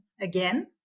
again